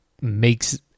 makes